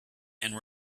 and